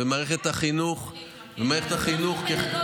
ומערכת החינוך, בזה אתם צריכים להתמקד.